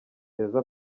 keza